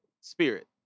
spirit